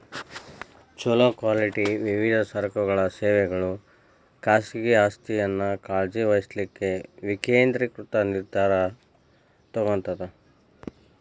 ಛೊಲೊ ಕ್ವಾಲಿಟಿ ವಿವಿಧ ಸರಕುಗಳ ಸೇವೆಗಳು ಖಾಸಗಿ ಆಸ್ತಿಯನ್ನ ಕಾಳಜಿ ವಹಿಸ್ಲಿಕ್ಕೆ ವಿಕೇಂದ್ರೇಕೃತ ನಿರ್ಧಾರಾ ತೊಗೊತದ